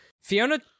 Fiona